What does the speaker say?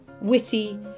witty